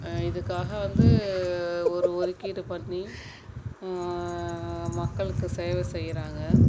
இதுக்காக வந்து ஒரு ஒதுக்கீடு பண்ணி மக்களுக்கு சேவை செய்கிறாங்க